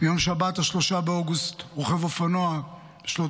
ביום שבת 2 באוגוסט רוכב אופנוע בשנות